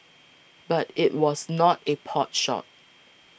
but it was not a potshot